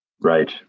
Right